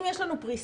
אם יש לנו פריסה,